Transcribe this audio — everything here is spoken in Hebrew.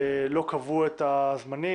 לא קבעו את הזמנים.